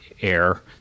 air